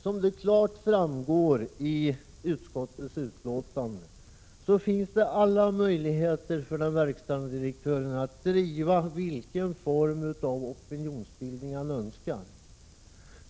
Som klart framgår av utskottsbetänkandet finns det alla möjligheter för den verkställande direktören att driva vilken form av opinionsbildning han önskar.